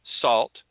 salt